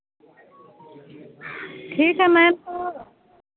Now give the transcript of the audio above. ठीक है मैम